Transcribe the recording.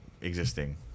existing